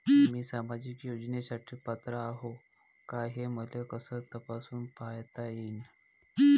मी सामाजिक योजनेसाठी पात्र आहो का, हे मले कस तपासून पायता येईन?